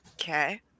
Okay